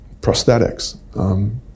prosthetics